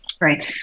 Right